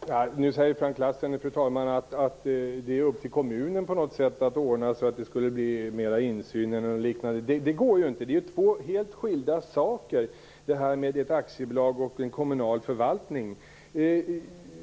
Fru talman! Nu säger Frank Lassen att det är upp till kommunen att på något sätt ordna så att det blir mer insyn. Det går ju inte. Ett aktiebolag och en kommunal förvaltning är två